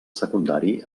secundari